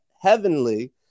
heavenly